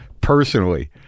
personally